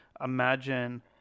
imagine